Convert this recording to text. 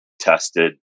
tested